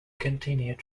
continued